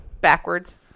backwards